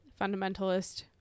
fundamentalist